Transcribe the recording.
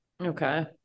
okay